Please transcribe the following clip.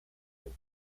and